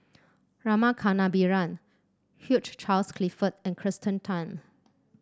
Rama Kannabiran Hugh Charles Clifford and Kirsten Tan